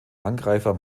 angreifer